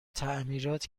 تعمیرات